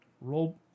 Roll